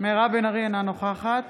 אינה נוכחת